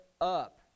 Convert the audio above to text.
up